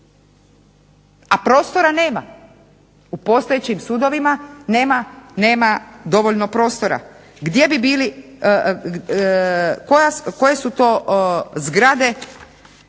a prostora nema. U postojećim sudovima nema dovoljno prostora. Gdje bi bili,